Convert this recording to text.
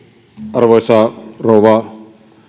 arvoisa rouva